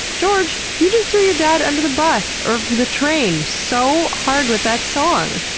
george, you just threw your dad under the bus or the train so hard with that song.